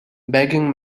begging